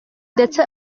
ndetse